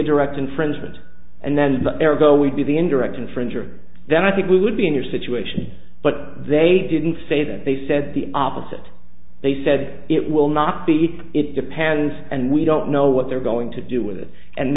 a direct infringement and then the air go would be the indirect infringer then i think we would be in your situation but they didn't say that they said the opposite they said it will not be it depends and we don't know what they're going to do with it and